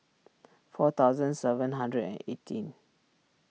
four thousand seven hundred and eighteen